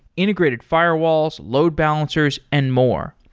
integrated firewalls, load balancers and more.